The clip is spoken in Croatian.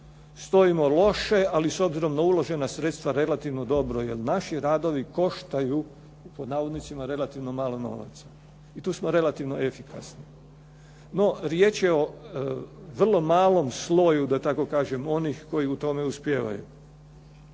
stojimo loše ali s obzirom na uložena sredstva relativno dobro jer naši radovi koštaju "relativno malo" novaca i tu smo relativno efikasni. No, riječ je o vrlo malom sloju onih koji u tome uspijevaju.